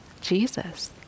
Jesus